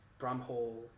Bramhall